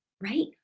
right